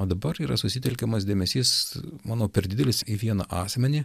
o dabar yra susitelkiamas dėmesys manau per didelis į vieną asmenį